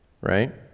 Right